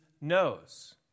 knows